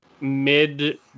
mid